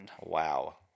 Wow